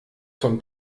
zum